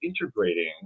integrating